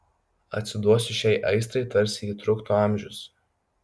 atsiduosiu šiai aistrai tarsi ji truktų amžius